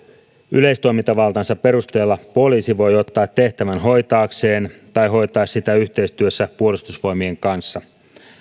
yleistoimintavaltansa perusteella poliisi voi ottaa tehtävän hoitaakseen tai hoitaa sitä yhteistyössä puolustusvoimien kanssa